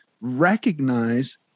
recognize